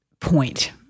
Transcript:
point